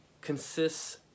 consists